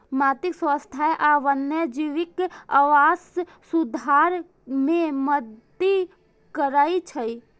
माटिक स्वास्थ्य आ वन्यजीवक आवास सुधार मे मदति करै छै